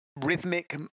rhythmic